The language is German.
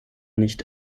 nicht